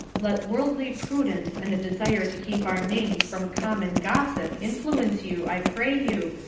let worldly prudence and a desire to keep our names from common gossip, influence you, i pray you,